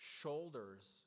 shoulders